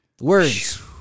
Words